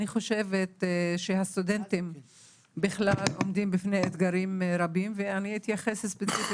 אני חושבת שהסטודנטים עומדים בפני אתגרים רבים באופן